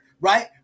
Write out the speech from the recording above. right